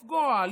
לפגוע,